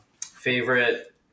favorite